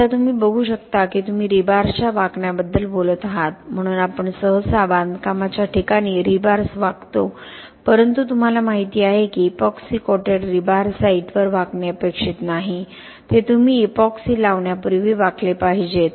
आता तुम्ही बघू शकता की तुम्ही रीबार्सच्या वाकण्याबद्दल बोलत आहात म्हणून आपण सहसा बांधकामाच्या ठिकाणी रीबार्स वाकतो परंतु तुम्हाला माहिती आहे की इपॉक्सी कोटेड रीबार साइटवर वाकणे अपेक्षित नाही ते तुम्ही इपॉक्सी लावण्यापूर्वी वाकले पाहिजेत